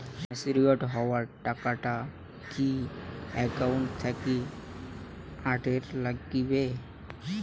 Matured হওয়া টাকাটা কি একাউন্ট থাকি অটের নাগিবে?